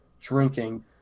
drinking